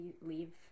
leave